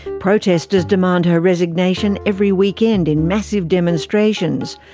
protesters demand her resignation every weekend in massive demonstrations,